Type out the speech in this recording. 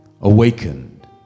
awakened